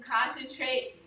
concentrate